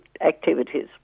activities